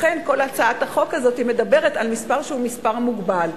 לכן הצעת החוק הזו מדברת על מספר שהוא מספר מוגבל.